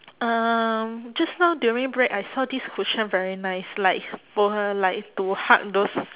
um just now during break I saw this cushion very nice like for uh like to hug those